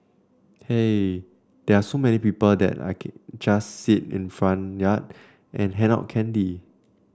here there are so many people that I just sit in the front yard and hand out candy